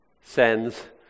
sends